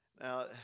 Now